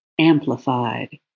amplified